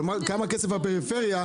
אבל כמה כסף זה בפריפריה,